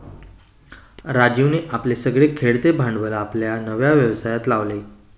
राजीवने आपले सगळे खेळते भांडवल आपल्या नव्या व्यवसायात लावले